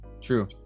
True